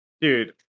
Dude